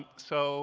so